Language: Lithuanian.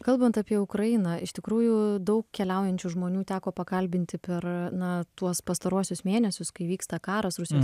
kalbant apie ukrainą iš tikrųjų daug keliaujančių žmonių teko pakalbinti per na tuos pastaruosius mėnesius kai vyksta karas rusijos